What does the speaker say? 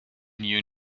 knew